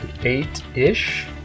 eight-ish